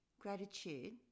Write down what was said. gratitude